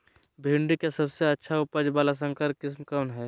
भिंडी के सबसे अच्छा उपज वाला संकर किस्म कौन है?